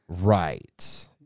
Right